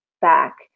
back